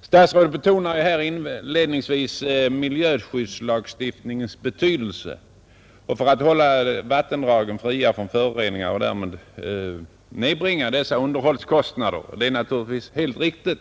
Statsrådet betonade inledningsvis miljöskyddslagstiftningens betydelse för att hålla vattendragen fria från föroreningar och därmed nedbringa dessa underhållskostnader. Det är naturligtvis helt riktigt.